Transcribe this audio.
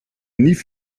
nie